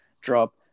drop